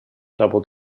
double